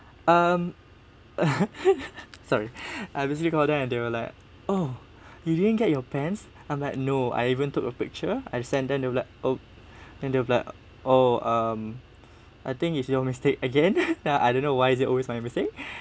um sorry I basically call them and they were like oh you didn't get your pants I'm like no I even took a picture I sent them they were like oh then they were like oh um I think is your mistake again I don't know why is it always my mistake